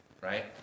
Right